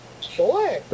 Sure